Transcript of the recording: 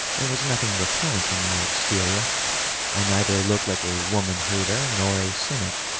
there was nothing xepellent in my exterior i neither looked like a woman-hater nor a cynic,